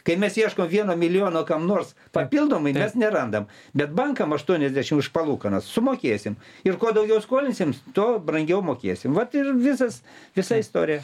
kai mes ieškom vieno milijono kam nors papildomai mes nerandam bet bankam aštuoniasdešim už palūkanas sumokėsim ir kuo daugiau skolinsim tuo brangiau mokėsim vat ir visas visa istorija